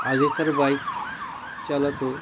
আগেকার বাইক চালাতো